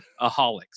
aholics